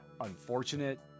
unfortunate